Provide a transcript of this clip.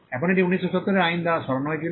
এখন এটি 1970 এর আইন দ্বারা সরানো হয়েছিল